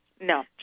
No